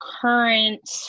current